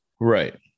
Right